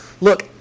look